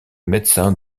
médecin